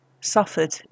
suffered